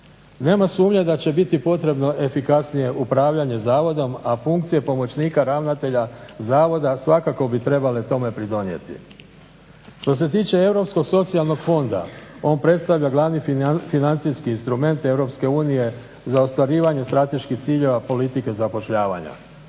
Nema sumnje da će biti potrebno efikasnije upravljanje zavodom, a funkcije pomoćnika ravnatelja zavoda svakako bi trebale tome pridonijeti. Što se tiče Europskog socijalnog fonda, on predstavlja glavni financijski instrument Europske unije za ostvarivanje strateških ciljeva politike zapošljavanja.